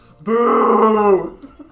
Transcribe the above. Boo